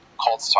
called